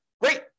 Great